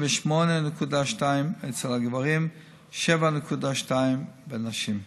38.2% אצל הגברים, 7.2% בנשים.